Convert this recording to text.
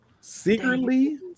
Secretly